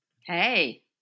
Hey